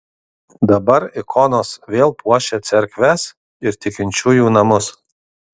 dabar ikonos vėl puošia cerkves ir tikinčiųjų namus